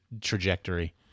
trajectory